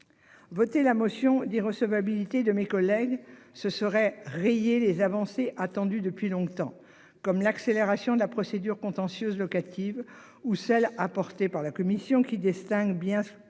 Voter la motion d'irrecevabilité de mes collègues ce serait rayé les avancées attendues depuis longtemps comme l'accélération de la procédure contentieuse locatives ou celles apportées par la commission qui distingue bien Water